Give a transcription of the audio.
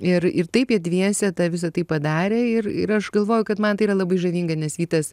ir ir taip jie dviese tą visa tai padarė ir ir aš galvoju kad man tai yra labai žavinga nes vytas